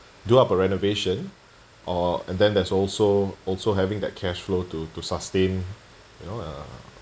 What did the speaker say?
do up a renovation or and then there's also also having that cash flow to to sustain you know uh